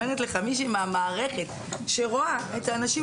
אומרת לך מישהו מהמערכת שרואה את האנשים